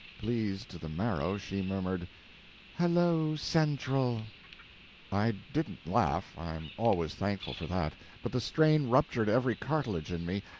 pleased to the marrow, she murmured hello-central! i didn't laugh i am always thankful for that but the strain ruptured every cartilage in me,